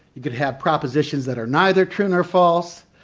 you could have propositions that are neither true nor false,